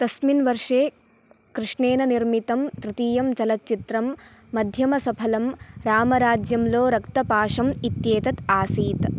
तस्मिन् वर्षे कृष्णेन निर्मितं तृतीयं चलचित्रं मध्यमसफलं रामराज्यंलो रक्तपाशम् इत्येतत् आसीत्